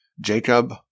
Jacob